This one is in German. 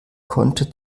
konnte